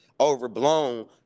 overblown